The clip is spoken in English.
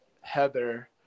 Heather